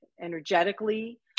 energetically